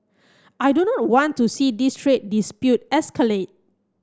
I do not want to see this trade dispute escalate